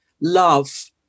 love